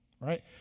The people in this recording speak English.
right